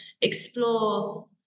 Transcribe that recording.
explore